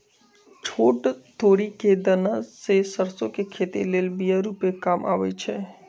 छोट तोरि कें दना से सरसो के खेती लेल बिया रूपे काम अबइ छै